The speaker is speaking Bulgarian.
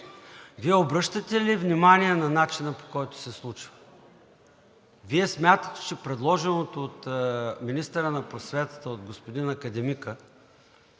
Вие обръщате ли внимание на начина, по който се случва? Вие смятате, че предложеното от министъра на просветата – от господин академика,